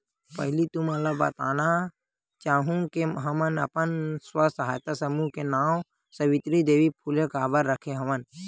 पहिली तुमन ल बताना चाहूँ के हमन अपन स्व सहायता समूह के नांव सावित्री देवी फूले काबर रखे हवन